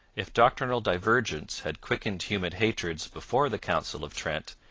if doctrinal divergence had quickened human hatreds before the council of trent,